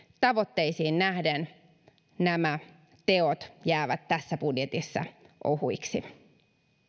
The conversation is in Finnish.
tavoitteisiin nähden teot jäävät tässä budjetissa ohuiksi